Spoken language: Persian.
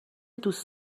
دوست